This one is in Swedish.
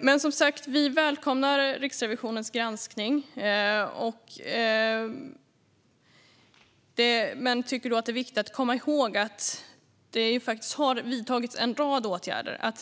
fram. Som sagt: Vi välkomnar Riksrevisionens granskning. Men vi tycker att det är viktigt att komma ihåg att det faktiskt har vidtagits en rad åtgärder.